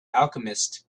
alchemist